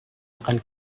akan